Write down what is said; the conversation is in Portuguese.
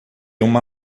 uma